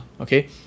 okay